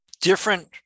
different